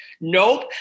nope